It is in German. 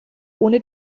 ohne